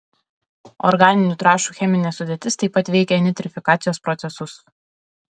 organinių trąšų cheminė sudėtis taip pat veikia nitrifikacijos procesus